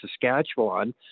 Saskatchewan